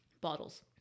Bottles